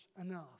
enough